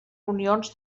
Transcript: unions